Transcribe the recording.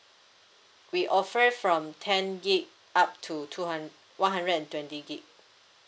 we offer from ten gig up to two hund~ one hundred and twenty gig